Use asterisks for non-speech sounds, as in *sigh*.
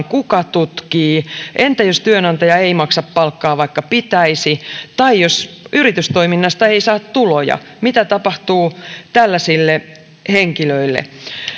*unintelligible* kuka tutkii entä jos työnantaja ei maksa palkkaa vaikka pitäisi tai jos yritystoiminnasta ei saa tuloja mitä tapahtuu tällaisille henkilöille